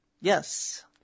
Yes